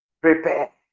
prepare